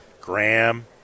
Graham